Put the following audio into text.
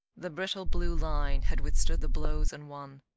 the brittle blue line had withstood the blows and won.